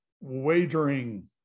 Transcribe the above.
wagering